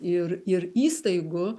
ir ir įstaigų